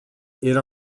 era